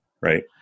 right